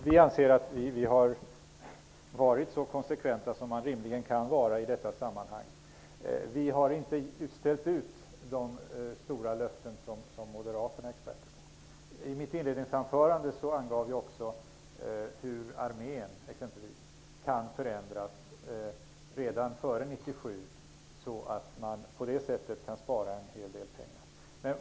Vi anser att vi har varit så konsekventa som man rimligen kan vara i detta sammanhang. Vi har inte ställt ut sådana stora löften som Moderaterna är experter på. I mitt inledningsanförande angav jag också hur exempelvis armén kan förändras redan före 1997, så att man på det sättet kan spara en hel del pengar.